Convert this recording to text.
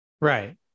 Right